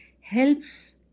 helps